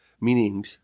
Meaning